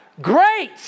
great